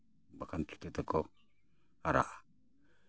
ᱵᱟᱠᱷᱟᱱ ᱪᱤᱠᱟᱹ ᱛᱮᱠᱚ ᱦᱟᱨᱟᱜᱼᱟ